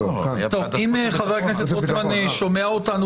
אם חבר הכנסת רוטמן שומע אותנו --- לא.